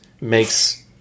makes